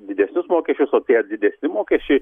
didesnius mokesčius o tie didesni mokesčiai